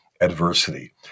adversity